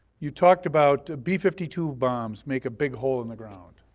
you talked about b fifty two bombs make a big hole in the ground,